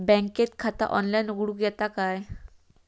बँकेत खाता ऑनलाइन उघडूक येता काय?